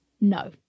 no